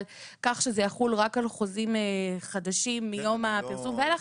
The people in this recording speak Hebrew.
כך שזה יחול רק על חוזים חדשים מיום הפרסום ואילך,